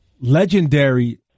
legendary